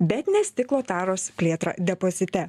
bet ne stiklo taros plėtrą depozite